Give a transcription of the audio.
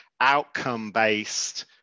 outcome-based